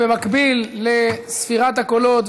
במקביל לספירת הקולות,